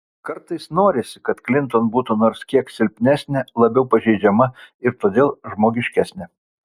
kartais norisi kad klinton būtų nors kiek silpnesnė labiau pažeidžiama ir todėl žmogiškesnė